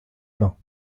bains